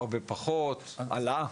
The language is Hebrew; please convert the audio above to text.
הרבה פחות או עלה?